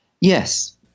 Yes